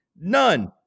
none